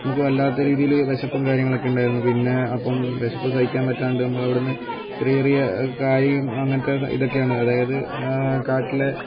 നമുക്ക് വല്ലാത്ത രീതിയില് വിശപ്പും കാര്യങ്ങളൊക്കെ ഉണ്ടായിരുന്നു പിന്നെ അപ്പം വിശപ്പ് സഹിക്കാൻ പറ്റാണ്ട് നമ്മള് അവിടന്ന് ചെറിയ ചെറിയ കായും അങ്ങനത്തെ ഇതൊക്കെയാണ് അതായത് കാട്ടിലെ